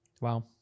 wow